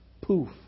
Poof